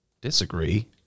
Disagree